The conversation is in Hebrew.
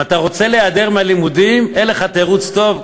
אם אתה רוצה להיעדר מהלימודים ואין לך תירוץ טוב,